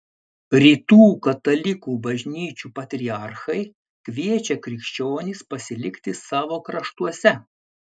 rytų katalikų bažnyčių patriarchai kviečia krikščionis pasilikti savo kraštuose